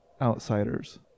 outsiders